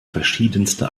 verschiedenste